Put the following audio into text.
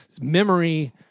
memory